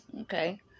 Okay